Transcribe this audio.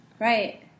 Right